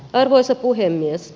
arvoisa puhemies